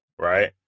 right